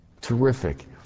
terrific